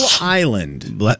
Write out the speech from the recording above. Island